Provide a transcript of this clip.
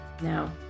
Now